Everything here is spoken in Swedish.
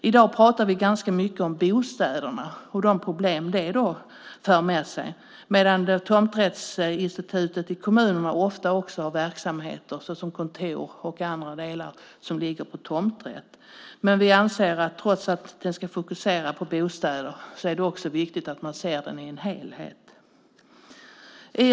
I dag talar vi ganska mycket om bostäder och de problem som tomträttsinstitutet för med sig där, men kommunerna har ofta också verksamheter som kontor och annat som ligger på tomträtt. Vi anser att trots att utredningen ska fokusera på bostäder är det viktigt att man tittar på frågan i sin helhet.